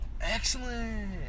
Excellent